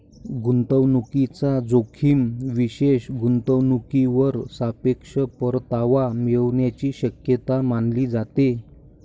गुंतवणूकीचा जोखीम विशेष गुंतवणूकीवर सापेक्ष परतावा मिळण्याची शक्यता मानली जाते